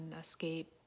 escape